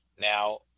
Now